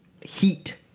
heat